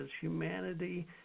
humanity